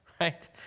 Right